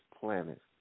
planet